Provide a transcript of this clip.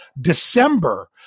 December